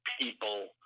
people